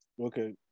Okay